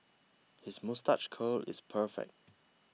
his moustache curl is perfect